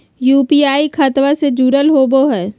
UPI खतबा से जुरल होवे हय?